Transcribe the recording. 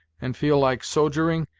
and feel like sogering,